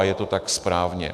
A je to tak správně.